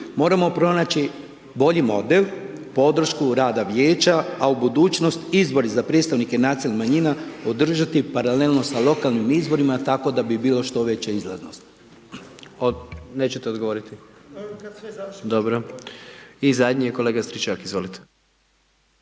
Moramo pronaći bolji model, podršku rada vijeća a u budućnost izbori za predstavnike nacionalnih manjina održati paralelno sa lokalnim izborima tako da bi bilo što veća izlaznost.